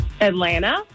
Atlanta